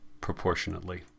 proportionately